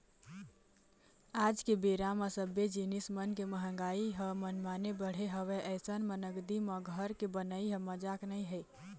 आज के बेरा म सब्बे जिनिस मन के मंहगाई ह मनमाने बढ़े हवय अइसन म नगदी म घर के बनई ह मजाक नइ हे